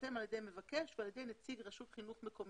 ותיחתם על ידי מבקש ועל ידי נציג רשות חינוך מקומית.